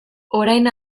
orain